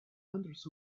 hundreds